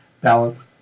balance